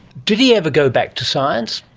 did he ever go back to science?